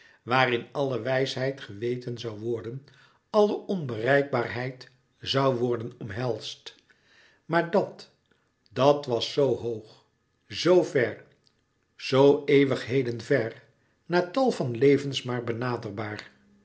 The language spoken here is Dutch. waarin alle wijsheid geweten zoû worden alle onbereikbaarheid zoû worden omhelsd maar dat dat was zoo hoog zoo ver zoo eeuwigheden ver na tal van levens maar benaderbaar